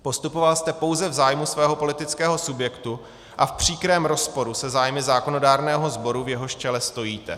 Postupoval jste pouze v zájmu svého politického subjektu a v příkrém rozporu se zájmy zákonodárného sboru, v jehož čele stojíte.